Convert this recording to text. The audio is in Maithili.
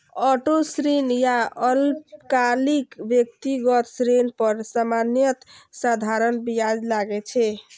ऑटो ऋण या अल्पकालिक व्यक्तिगत ऋण पर सामान्यतः साधारण ब्याज लागै छै